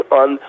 on